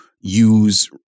use